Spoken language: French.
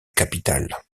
capitale